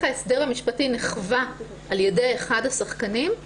ההסדר המשפטי נחווה על ידי אחד השחקנים.